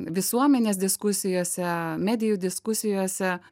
visuomenės diskusijose medijų diskusijose